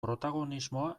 protagonismoa